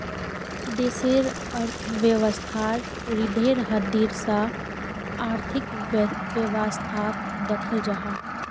देशेर अर्थवैवास्थार रिढ़ेर हड्डीर सा आर्थिक वैवास्थाक दख़ल जाहा